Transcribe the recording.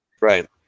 Right